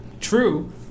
True